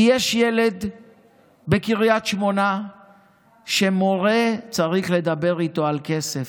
כי יש ילד בקריית שמונה שמורה צריך לדבר איתו על כסף.